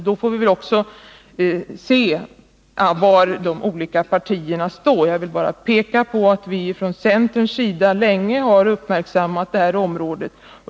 Då får vi väl också se var de olika partierna står. Jag vill bara peka på att vi från centerns sida länge har uppmärksammat detta område.